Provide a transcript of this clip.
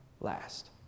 last